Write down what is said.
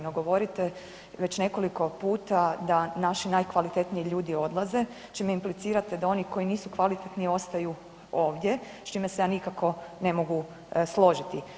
No, govorite već nekoliko puta da naši najkvalitetniji ljudi odlaze čime implicirate da oni koji nisu kvalitetni ostaju ovdje s čime se ja nikako ne mogu složiti.